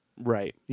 Right